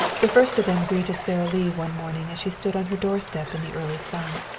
the first of them greeted sara lee one morning as she stood on her doorstep in the early sun.